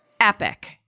epic